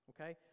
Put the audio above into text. okay